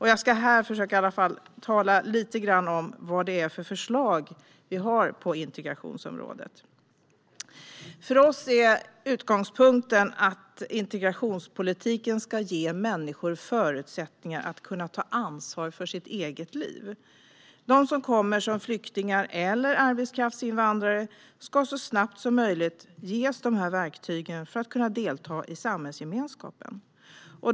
Jag ska här försöka tala lite grann om vilka förslag vi har på integrationsområdet. För oss är utgångspunkten att integrationspolitiken ska ge människor förutsättningar att ta ansvar för sina egna liv. De som kommer som flyktingar eller arbetskraftsinvandrare ska så snabbt som möjligt ges verktygen för att kunna delta i samhällsgemenskapen.